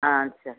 ஆ சரி